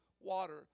water